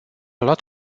luat